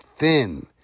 thin